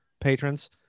patrons